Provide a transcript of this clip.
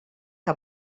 que